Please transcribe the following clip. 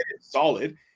Solid